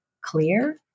clear